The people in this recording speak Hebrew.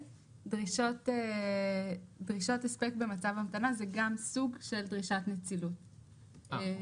דרישות הספק במצב המתנה זה גם סוג של דרישת נצילות ולכן,